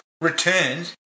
returns